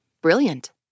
Brilliant